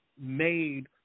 made